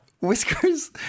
whiskers